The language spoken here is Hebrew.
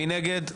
מי נגד?